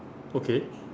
okay